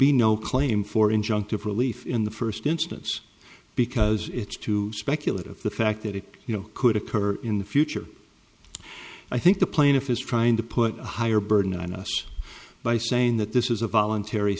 be no claim for injunctive relief in the first instance because it's too speculative the fact that it you know could occur in the future i think the plaintiff is trying to put a higher burden on us by saying that this is a